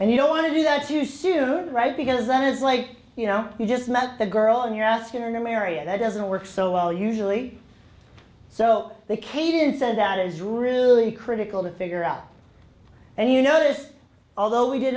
and you don't want to do that too soon right because that is like you know you just met the girl and you're asking a mary and that doesn't work so well usually so the cadence and that is really critical to figure out and you notice although we did